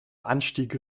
anstiege